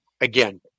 again